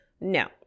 No